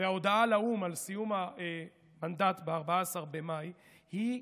ולהודעה לאו"ם על סיום המנדט ב-14 במאי היא כבירה,